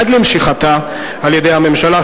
עד למשיכתה על-ידי הממשלה,